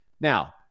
Now